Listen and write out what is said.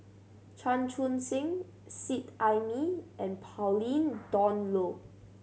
Chan Chun Sing Seet Ai Mee and Pauline Dawn Loh